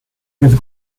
with